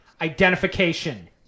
identification